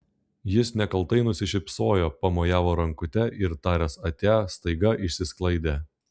jis nekaltai nusišypsojo pamojavo rankute ir taręs atia staiga išsisklaidė